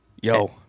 Yo